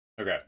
okay